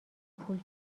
پول